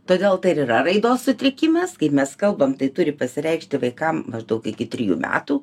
todėl tai ir yra raidos sutrikimas kai mes kalbam tai turi pasireikšti vaikam maždaug iki trijų metų